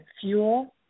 fuel